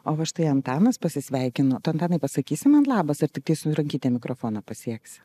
o va štai antanas pasisveikino tu antanai pasakysi man labas ar tiktai su rankyte mikrofoną pasieksi